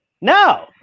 no